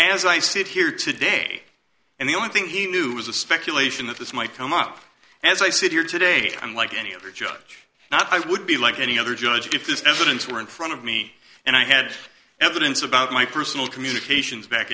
as i sit here today and the only thing he knew was a speculation that this might come up as i sit here today and like any other judge and i would be like any other judge if this evidence were in front of me and i had evidence about my personal communications back